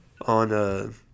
on